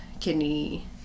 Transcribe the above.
kidney